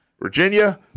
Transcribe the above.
Virginia